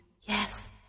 Yes